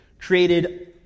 created